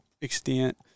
extent